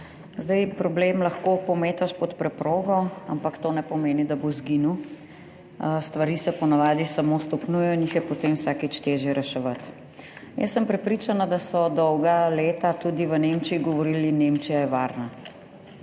Zdaj, problem lahko pometaš pod preprogo, ampak to ne pomeni, da bo izginil. Stvari se po navadi samo stopnjujejo in jih je potem vsakič težje reševati. Jaz sem prepričana, da so dolga leta tudi v Nemčiji govorili, Nemčija je varna,